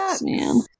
man